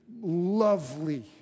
lovely